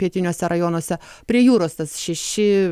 pietiniuose rajonuose prie jūros tas šeši